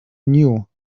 knew